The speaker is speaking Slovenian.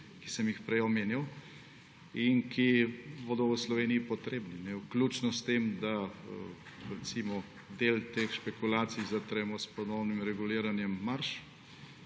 ki sem jih prej omenjal – in ki bodo v Sloveniji potrebni, vključno s tem, da recimo del teh špekulacij zatremo s ponovim reguliranjem marž.